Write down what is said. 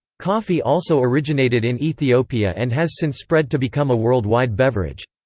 coffee also originated in ethiopia and has since spread to become a worldwide beverage.